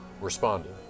responded